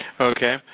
Okay